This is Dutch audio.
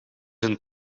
een